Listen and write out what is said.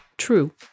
true